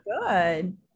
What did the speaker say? good